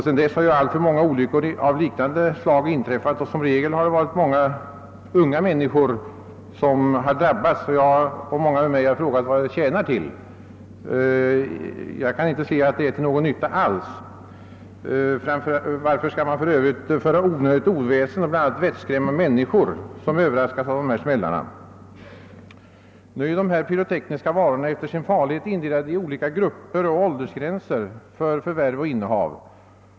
Sedan dess har alltför många olyckor av liknande slag inträffat, och som regel har det varit mycket unga människor som drabbats. Jag och många med mig har undrat om detta verkligen skall vara nödvändigt. Varför skall man för Övrigt föra onödigt oväsen och skrämma människor som överraskas av smällarna? De pyrotekniska varorna är efter sin farlighet indelade i olika grupper, och olika åldersgränser har satts för förvärv och innehav.